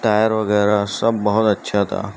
tyre وغیرہ سب بہت اچھا تھا